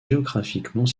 géographiquement